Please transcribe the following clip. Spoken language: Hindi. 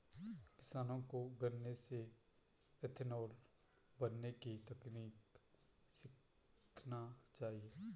किसानों को गन्ने से इथेनॉल बनने की तकनीक सीखना चाहिए